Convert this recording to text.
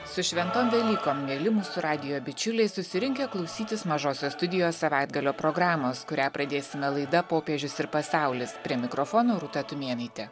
su šventom velykom mieli mūsų radijo bičiuliai susirinkę klausytis mažosios studijos savaitgalio programos kurią pradėsime laida popiežius ir pasaulis prie mikrofono rūta tumėnaitė